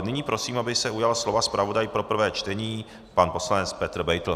Nyní prosím, aby se ujal slova zpravodaj pro prvé čtení, pan poslanec Petr Beitl.